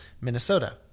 Minnesota